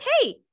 okay